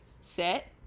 Sit